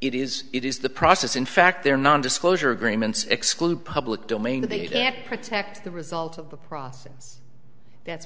it is it is the process in fact there nondisclosure agreements exclude public domain they can't protect the result of the process that's